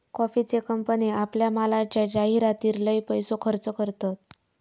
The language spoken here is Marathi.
कॉफीचे कंपने आपल्या मालाच्या जाहीरातीर लय पैसो खर्च करतत